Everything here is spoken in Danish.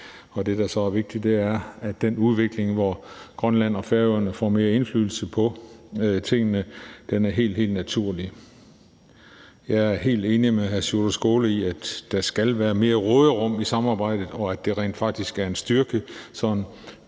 Det, der så er vigtigt, er, at den udvikling, hvor Grønland og Færøerne får mere indflydelse på tingene, er helt, helt naturlig. Kl. 13:08 Jeg er helt enig med hr. Sjúrður Skaale i, at der skal være mere råderum i samarbejdet, og at det rent faktisk er en styrke.